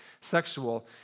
sexual